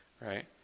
right